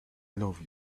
love